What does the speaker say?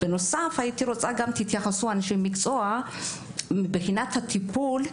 בנוסף הייתי רוצה גם שתתייחסו אנשי המקצוע בבחינת הטיפול,